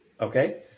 Okay